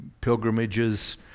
pilgrimages